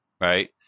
right